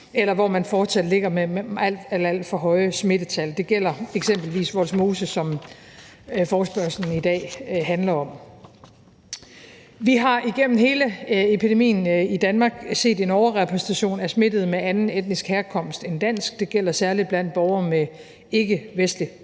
eller hvor man fortsat ligger med alt, alt for høje smittetal. Det gælder eksempelvis Vollsmose, som forespørgslen i dag handler om. Vi har igennem hele epidemien i Danmark set en overrepræsentation af smittede med anden etnisk herkomst end dansk, og det gælder særlig blandt borgere med ikkevestlig